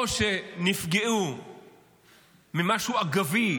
או שהם נפגעו ממשהו אגבי,